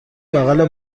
بغل